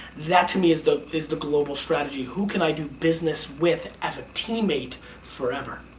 that to me is the is the global strategy. who can i do business with as a teammate forever.